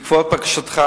בעקבות בקשתך,